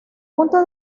punto